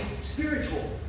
spiritual